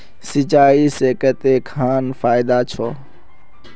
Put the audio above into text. सिंचाई से कते खान फायदा छै?